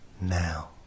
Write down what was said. now